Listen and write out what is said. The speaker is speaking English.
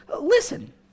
Listen